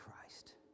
Christ